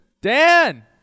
Dan